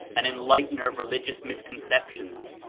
an enllghtener of religious misconceptions,